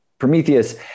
Prometheus